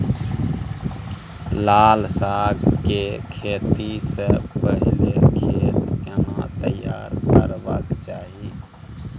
लाल साग के खेती स पहिले खेत केना तैयार करबा के चाही?